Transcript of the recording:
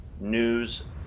news